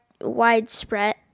widespread